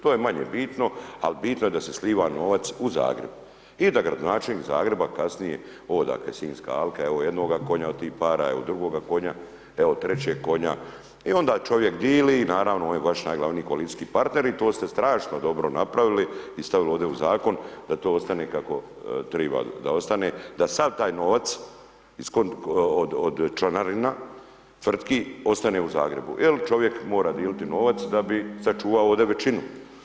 To je manje bitno, al bitno je da se sliva novac u Zagreb i da gradonačelnik Zagreba kasnije oda kraj Sinjske alke, evo jednog konja od tih para, evo drugoga konja, evo trećeg konja i onda čovjek dili, naravno on je vaš najglavniji koalicijski partner i to ste strašno dobro napravili i stavili ovde u zakon da to ostane kako triba da ostane, da sav taj novac od članarina tvrtki ostane u Zagrebu, jel čovjek mora diliti novac da bi sačuvao ovde većinu.